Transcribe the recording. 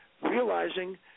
realizing